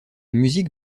musique